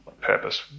purpose